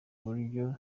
uburyo